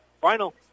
final